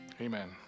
Amen